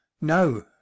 no